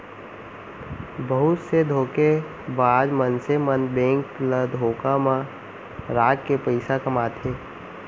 बहुत से धोखेबाज मनसे मन बेंक ल धोखा म राखके पइसा कमाथे